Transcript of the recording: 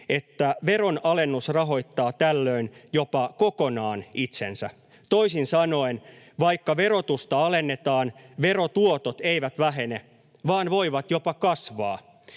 että veronalennus rahoittaa tällöin jopa kokonaan itsensä. Toisin sanoen: vaikka verotusta alennetaan, verotuotot eivät vähene vaan voivat jopa kasvaa.